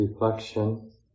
reflection